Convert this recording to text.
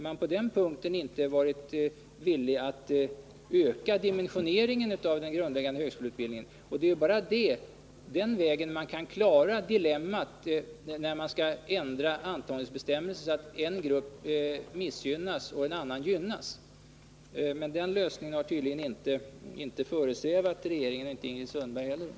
Man har alltså inte varit villig att öka dimensioneringen av den grundläggande högskoleutbildningen, och det är bara på den vägen man kan klara dilemmat att inte missgynna någon grupp när man ändrar antagningsbestämmelserna. Men den lösningen har tydligen inte föresvävat regeringen, och inte Ingrid Sundberg heller.